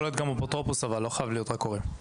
יכול להיות אפוטרופוס לא חייב להיות רק הורה.